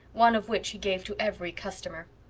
one of which he gave to every customer.